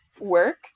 work